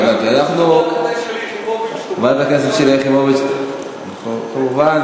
גם כדאי ששלי יחימוביץ, חברת